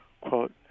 quote